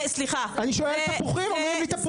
אני שואל תפוחים, אומרים לי תפוזים.